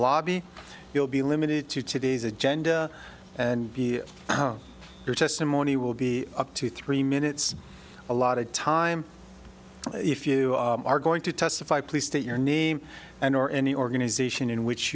lobby you'll be limited to today's agenda and your testimony will be up to three minutes allotted time if you are going to testify please state your name and or any organization in which